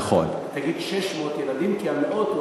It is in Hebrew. תגיד "שש מאות ילדים" כי זה המאות.